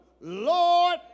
Lord